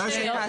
אני רוצה